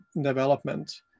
development